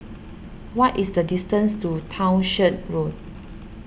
what is the distance to Townshend Road